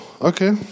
okay